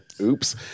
oops